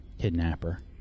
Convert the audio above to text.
kidnapper